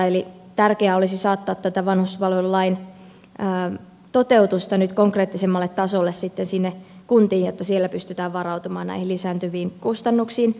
eli tärkeää olisi saattaa tätä vanhuspalvelulain toteutusta nyt konkreettisemmalle tasolle sinne kuntiin jotta siellä pystytään varautumaan näihin lisääntyviin kustannuksiin